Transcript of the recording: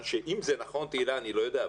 ואם מה שחברת הכנסת תהלה פרידמן אומרת זה נכון,